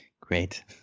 Great